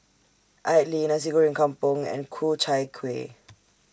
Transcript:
Idly Nasi Goreng Kampung and Ku Chai Kueh